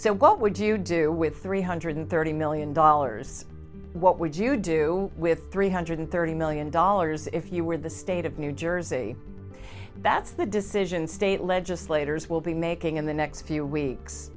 so what would you do with three hundred thirty million dollars what would you do with three hundred thirty million dollars if you were the state of new jersey that's the decision state legislators will be making in the next few weeks